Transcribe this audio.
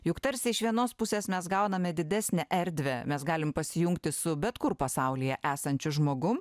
juk tarsi iš vienos pusės mes gauname didesnę erdvę mes galim pasijungti su bet kur pasaulyje esančiu žmogum